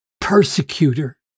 persecutor